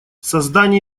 создание